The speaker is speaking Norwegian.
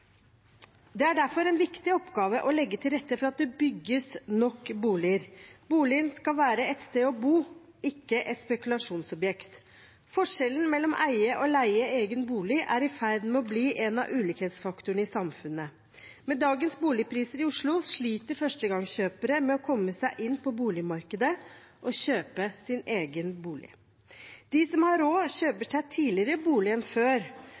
Det er derfor en viktig oppgave å legge til rette for at det bygges nok boliger. Boligen skal være et sted å bo, ikke et spekulasjonsobjekt. Forskjellen mellom å eie og å leie egen bolig er i ferd med å bli en av ulikhetsfaktorene i samfunnet. Med dagens boligpriser i Oslo sliter førstegangskjøpere med å komme seg inn på boligmarkedet og kjøpe sin egen bolig. De som har råd, kjøper seg bolig tidligere enn før.